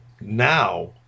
now